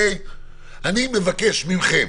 אני מבקש מכם